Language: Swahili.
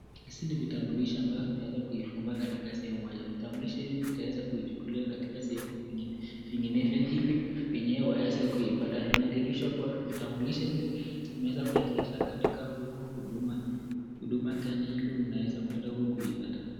Hizi ni vitambulisho ambavyo vimeweza kufungwa katika sehemu hayo, vitambulisho hizi vitaweza kuchukuliwa katika sehemu kwingine hili wenyewe waweza kuipata. Inadhirisha kuwa vitambulisho zimeweza kuwekeza katika huku huduma Kenya hili unaweza kuenda huko kuipata.